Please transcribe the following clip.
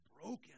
broken